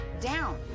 down